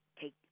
take